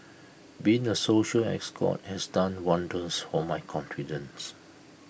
being A social escort has done wonders for my confidence